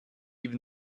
even